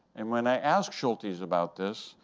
and when i asked schultes about this,